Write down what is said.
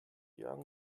young